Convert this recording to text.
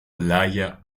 playa